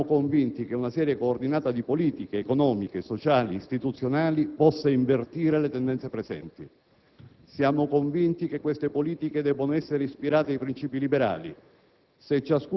Siamo convinti che una serie coordinata di politiche - economiche, sociali, istituzionali - possa invertire le tendenze presenti. Siamo convinti che queste politiche debbano essere ispirate ai princìpi liberali: